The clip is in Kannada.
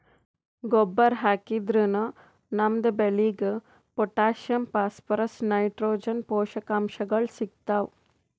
ಗೊಬ್ಬರ್ ಹಾಕಿದ್ರಿನ್ದ ನಮ್ ಬೆಳಿಗ್ ಪೊಟ್ಟ್ಯಾಷಿಯಂ ಫಾಸ್ಫರಸ್ ನೈಟ್ರೋಜನ್ ಪೋಷಕಾಂಶಗಳ್ ಸಿಗ್ತಾವ್